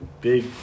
big